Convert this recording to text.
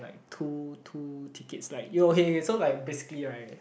like two two tickets like okay so like basically right